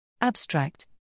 Abstract